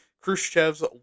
Khrushchev's